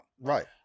Right